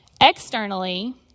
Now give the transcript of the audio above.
Externally